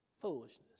Foolishness